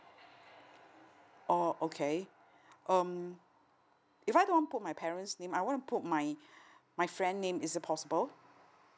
oh okay um if I don't put my parents name I wanna put my my friend name is it possible